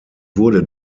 wurde